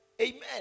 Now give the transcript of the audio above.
Amen